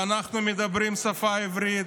ואנחנו מדברים את השפה העברית,